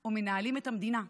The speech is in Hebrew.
או מנהלים את המדינה?